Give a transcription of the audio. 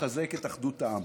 לחזק את אחדות העם.